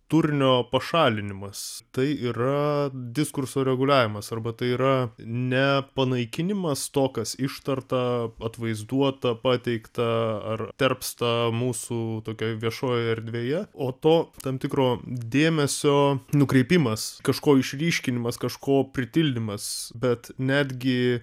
turinio pašalinimas tai yra diskurso reguliavimas arba tai yra ne panaikinimas to kas ištarta atvaizduota pateikta ar tarpsta mūsų tokioje viešoje erdvėje o to tam tikro dėmesio nukreipimas kažko išryškinimas kažko pritildymas bet netgi